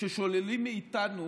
ששוללים מאיתנו